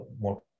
more